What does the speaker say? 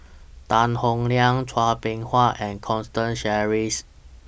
Tan Howe Liang Chua Beng Huat and Constance Sheares